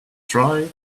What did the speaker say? try